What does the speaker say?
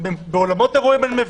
באולמות אירועים אני מבין.